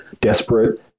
desperate